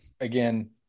again